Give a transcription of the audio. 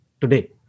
today